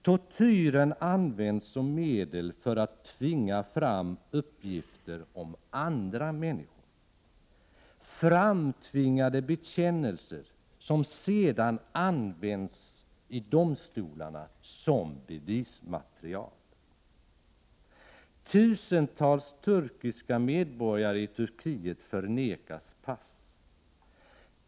Tortyren används som medel för att tvinga fram uppgifter om andra människor — framtvingade bekännelser som sedan används i domstolarna som bevismaterial. Tusentals turkiska medborgare i Turkiet förnekas pass.